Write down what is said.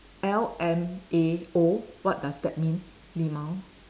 L M A O what does that mean lmao